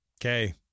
Okay